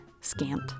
scant